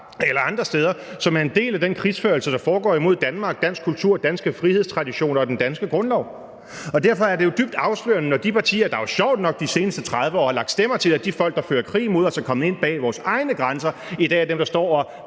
eller fra andre steder, som er en del af den krigsførelse, som foregår imod Danmark, dansk kultur, danske frihedstraditioner og den danske grundlov. Og derfor er det jo dybt afslørende, når de partier, det jo sjovt nok de seneste 30 år har lagt stemmer til, at de folk, der fører krig imod os, er kommet ind bag vores egne grænser, i dag er dem, der står og